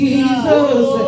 Jesus